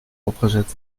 opgezet